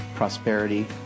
Prosperity